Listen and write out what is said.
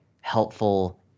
helpful